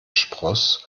spross